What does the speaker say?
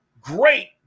great